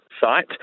site